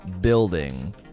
building